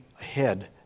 ahead